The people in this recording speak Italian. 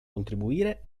contribuire